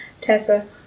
Tessa